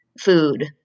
food